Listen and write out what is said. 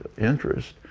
interest